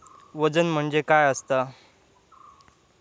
वजन म्हणजे काय असता?